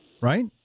right